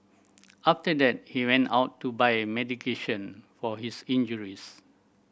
after that he went out to buy medication for his injuries